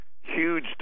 huge